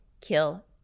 kill